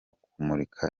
kumurika